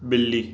ॿिली